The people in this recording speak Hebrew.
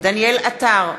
דניאל עטר,